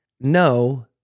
no